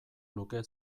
luke